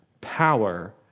power